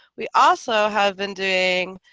we also have been doing